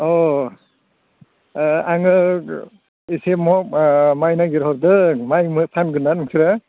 अ अ अ आङो एसे माइ नागिरहरदों माइ फानगोनना नोंसोरो